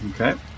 Okay